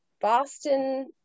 Boston